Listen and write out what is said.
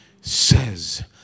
says